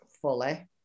Fully